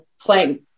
playing